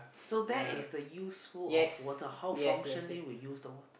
so that is the useful of water how functionally we use